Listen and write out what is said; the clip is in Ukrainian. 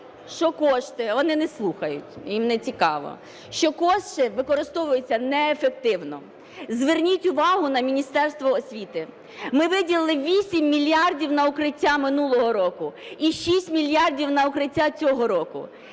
що кошти (вони не слухають, їм не цікаво), що кошти використовуються неефективно. Зверніть увагу на Міністерство освіти. Ми виділили 8 мільярдів на укриття минулого року і 6 мільярдів на укриття цього року.